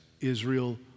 Israel